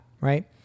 right